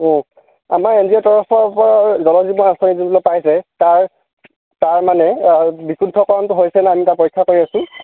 আমাৰ N G O তৰফৰপৰা জল জীৱন আঁচনি যোনবিলাক পাইছে তাৰ তাৰমানে বিশুদ্ধকৰণটো হৈছে নে নাই আমি এতিয়া পৰীক্ষা কৰি আছো